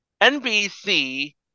NBC